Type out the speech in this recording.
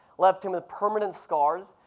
left him with permanent scars.